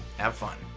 have fun.